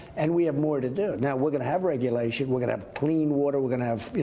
and we have more to do. now, we're going to have regulation. we're going to have clean water. we're going to have, you